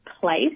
place